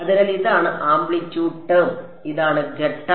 അതിനാൽ ഇതാണ് amplitude term ഇതാണ് ഘട്ടം